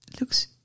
looks